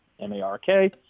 M-A-R-K